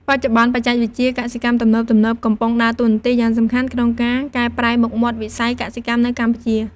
បច្ចុប្បន្នបច្ចេកវិទ្យាកសិកម្មទំនើបៗ កំពុងដើរតួនាទីយ៉ាងសំខាន់ក្នុងការកែប្រែមុខមាត់វិស័យកសិកម្មនៅកម្ពុជា។